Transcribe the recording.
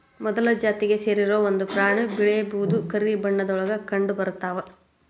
ಮೊಲದ ಜಾತಿಗೆ ಸೇರಿರು ಒಂದ ಪ್ರಾಣಿ ಬಿಳೇ ಬೂದು ಕರಿ ಬಣ್ಣದೊಳಗ ಕಂಡಬರತಾವ